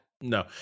No